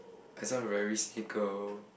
and some will very